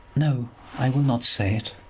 no i will not say it.